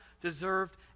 deserved